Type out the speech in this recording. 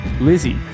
Lizzie